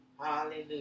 Hallelujah